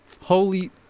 Holy